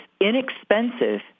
inexpensive